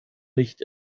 nicht